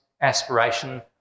aspiration